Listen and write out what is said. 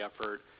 effort